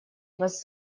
вас